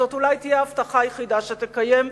זאת אולי תהיה ההבטחה היחידה שתקיים,